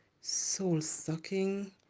soul-sucking